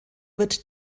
wird